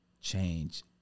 change